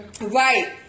right